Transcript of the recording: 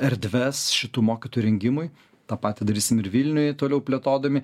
erdves šitų mokytojų rengimui tą patį darysim ir vilniuj toliau plėtodami